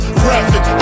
graphic